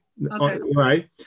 right